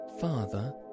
Father